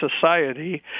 society